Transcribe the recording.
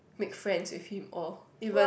make friends with him or even